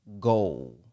goal